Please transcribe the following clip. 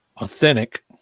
authentic